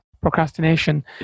procrastination